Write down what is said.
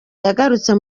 yagarutse